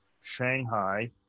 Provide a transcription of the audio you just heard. Shanghai